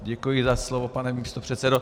Děkuji za slovo, pane místopředsedo.